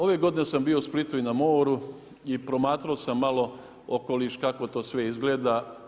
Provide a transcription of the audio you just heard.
Ove godine sam bio u Splitu i na moru i promatrao sam malo okoliš kako to sve izgleda.